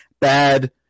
Bad